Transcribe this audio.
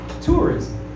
tourism